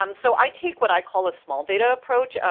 um so i take what i call a small data approach,